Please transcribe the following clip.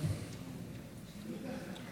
המלחמה לאלתר.